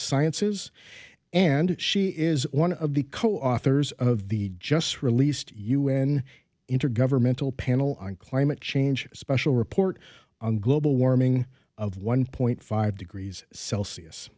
sciences and she is one of the co authors of the just released u n intergovernmental panel on climate change a special report on global warming of one point five degrees celsius